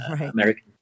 American